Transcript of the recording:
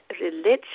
religion